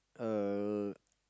uh